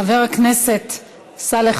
חבר הכנסת סאלח